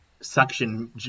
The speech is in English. suction